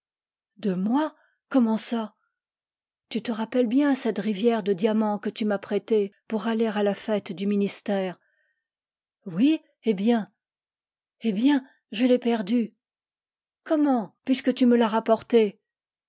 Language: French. de moi comment ça tu te rappelles bien cette rivière de diamants que tu m'as prêtée pour aller à la fête du ministère oui eh bien eh bien je l'ai perdue comment puisque tu me l'as rapportée